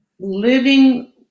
living